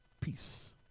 Peace